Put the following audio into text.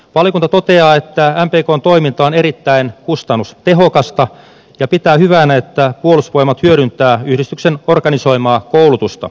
valiokunta toteaa että mpkn toiminta on erittäin kustannustehokasta ja pitää hyvänä että puolustusvoimat hyödyntää yhdistyksen organisoimaa koulutusta